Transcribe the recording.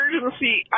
emergency